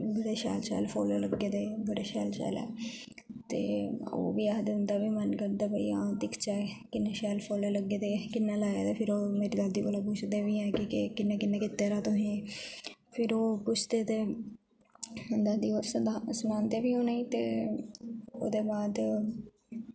बड़े शैल शैल फुल लगे दे बड़े शैल शैल ते ओह् बी आक्खदे होंदा बी मन करदा की आ दिक्खचै किन्ने शैल फुल लगे दे किन्ना लाए दे फेर ओह् मेरी दादी दी पुछदे बी ऐ किन्नै किन्नै कित्ते दा तुसे फेर ओह् शैल पुछदे ते दादी और सनांदे बी अनेई ते औह्दे बाद